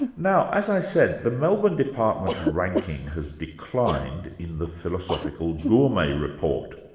now as i said, the melbourne department's ranking has declined in the philosophical gourmet report,